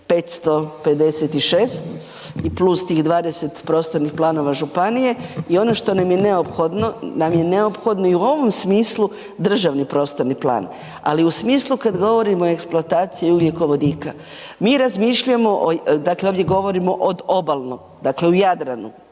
556 i plus tih 20 prostornih planova županije i ono što nam je neophodno, nam je neophodno i u ovom smislu, državni prostorni plan, ali u smislu kad govorimo o eksploataciji ugljikovodika, mi razmišljamo o, dakle ovdje govorimo odobalno, dakle u Jadranu,